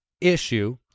issue